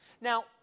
Now